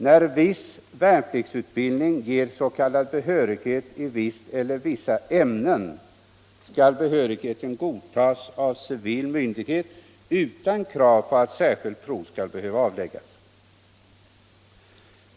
När viss värnpliktsutbildning ger s.k. behörighet i visst eller vissa ämnen skall behörigheten godtas av civil myndighet utan krav på att särskilt prov skall behöva avläggas.